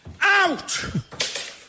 Out